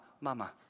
mama